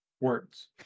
words